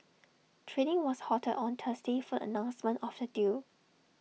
trading was halted on Thursday for announcement of the deal